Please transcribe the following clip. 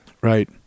Right